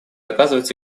оказывать